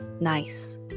nice